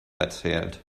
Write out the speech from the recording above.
erzählt